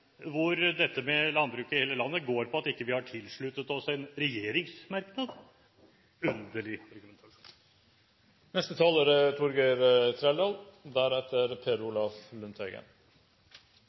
hvor dette med landbruk i hele landet går på at vi ikke har tilsluttet oss en regjeringspartimerknad – underlig.